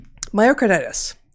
Myocarditis